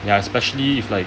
ya especially if like